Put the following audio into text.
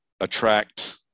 attract